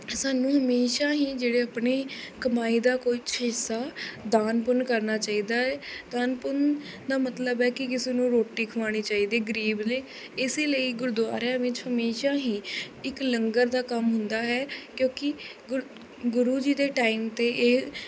ਸਾਨੂੰ ਹਮੇਸ਼ਾ ਹੀ ਜਿਹੜੇ ਆਪਣੇ ਕਮਾਈ ਦਾ ਕੁਛ ਹਿੱਸਾ ਦਾਨ ਪੁੰਨ ਕਰਨਾ ਚਾਹੀਦਾ ਹੈ ਦਾਨ ਪੁੰਨ ਦਾ ਮਤਲਬ ਹੈ ਕਿ ਕਿਸੇ ਨੂੰ ਰੋਟੀ ਖਵਾਉਣੀ ਚਾਹੀਦੀ ਹੈ ਗਰੀਬ ਲਈ ਇਸ ਲਈ ਗੁਰਦੁਆਰਿਆਂ ਵਿੱਚ ਹਮੇਸ਼ਾ ਹੀ ਇੱਕ ਲੰਗਰ ਦਾ ਕੰਮ ਹੁੰਦਾ ਹੈ ਕਿਉਂਕਿ ਗੁਰ ਗੁਰੂ ਜੀ ਦੇ ਟਾਈਮ 'ਤੇ ਇਹ